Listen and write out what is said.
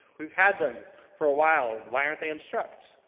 we've had them for awhile. why aren't they in structs?